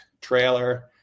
trailer